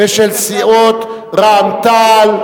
ושל סיעות רע"ם-תע"ל,